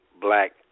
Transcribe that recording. black